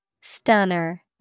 Stunner